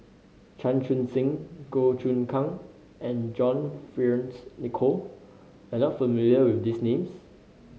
Chan Chun Sing Goh Choon Kang and John Fearns Nicoll are you not familiar with these names